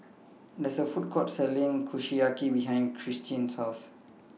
There IS A Food Court Selling Kushiyaki behind Christen's House